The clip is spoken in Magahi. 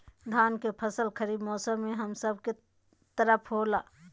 धान के फसल खरीफ मौसम में हम सब के तरफ होला